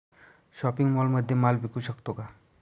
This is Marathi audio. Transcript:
शॉपिंग मॉलमध्ये माल विकू शकतो का?